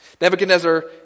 Nebuchadnezzar